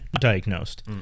diagnosed